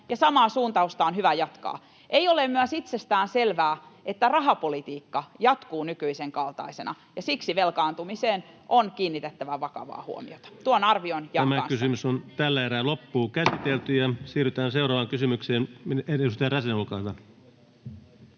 samaa suuntausta on hyvä jatkaa. Ei ole myöskään itsestäänselvää, että rahapolitiikka jatkuu nykyisen kaltaisena, ja siksi velkaantumiseen on kiinnitettävä vakavaa huomiota. Tuon arvion jaan kanssanne. Siirrytään seuraavaan kysymykseen. — Edustaja Räsänen, olkaa hyvä.